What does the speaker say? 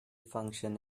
function